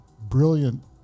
brilliant